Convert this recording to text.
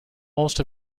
most